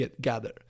gather